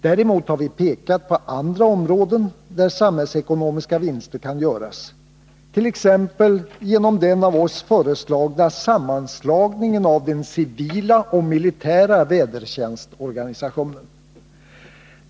Däremot har vi pekat på andra områden där samhällsekonomiska vinster kan göras, t.ex. genom den av oss föreslagna sammanslagningen av den civila och militära vädertjänstorganisationen.